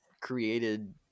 created